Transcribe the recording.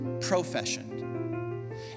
profession